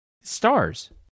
stars